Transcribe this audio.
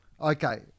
okay